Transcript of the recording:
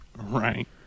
Right